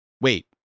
Wait